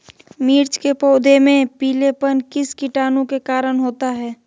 मिर्च के पौधे में पिलेपन किस कीटाणु के कारण होता है?